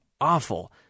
Awful